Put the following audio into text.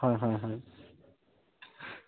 হয় হয় হয়